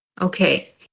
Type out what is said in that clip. okay